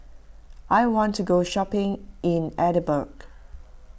I want to go shopping in Edinburgh